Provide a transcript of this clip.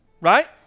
right